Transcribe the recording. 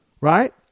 right